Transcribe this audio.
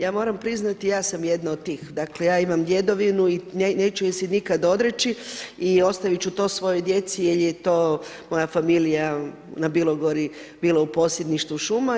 Ja moram priznati, ja sam jedna od tih, dakle ja imam djedovinu i neću je se nikad odreći i ostavit ću to svojoj djeci jer je to moja familija na Bilogori bila u posjedništvu šuma.